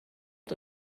und